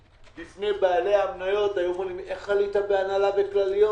בפני בעלי המניות היו אומרים לי: איך עלית בהוצאות הנהלה וכלליות?